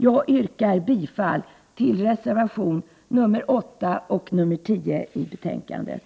Jag yrkar bifall till reservationerna 8 och 10 i betänkandet.